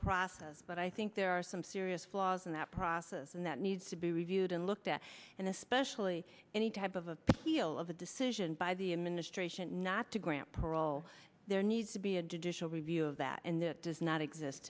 process but i think there are some serious flaws in that process and that needs to be reviewed and looked at and especially any type of appeal of a decision by the administration not to grant parole there needs to be additional review of that and it does not exist